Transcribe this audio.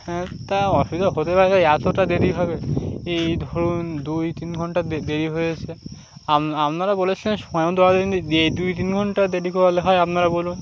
হ্যাঁ তা অসুবিধা হতে পারে এতটা দেরি হবে এই ধরুন দুই তিন ঘন্টা দেরি হয়েছে আপনারা বলেছেন সময়ের মধ্যে দিয়ে দিন এই দুই তিন ঘন্টা দেরি করে হয় আপনারা বলুন